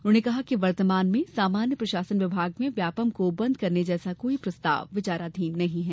उन्होंने कहा कि वर्तमान में सामान्य प्रशासन विभाग में व्यापमं को बंद करने जैसा कोई प्रस्ताव विचाराधीन नहीं है